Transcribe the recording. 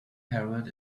parrot